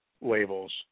labels